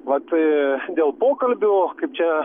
va tai dėl pokalbių kaip čia